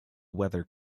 weather